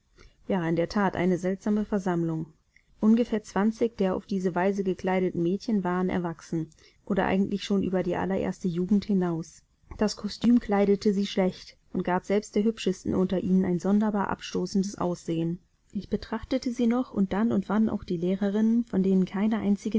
ja in der that eine seltsame versammlung ungefähr zwanzig der auf diese weise gekleideten mädchen waren erwachsen oder eigentlich schon über die allererste jugend hinaus das kostüm kleidete sie schlecht und gab selbst der hübschesten unter ihnen ein sonderbar abstoßendes aussehen ich betrachtete sie noch und dann und wann auch die lehrerinnen von denen keine